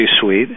suite